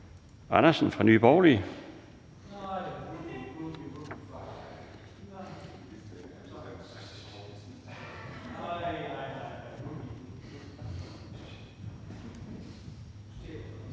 Andersen fra Nye Borgerlige,